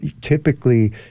typically